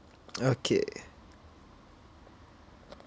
okay